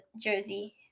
jersey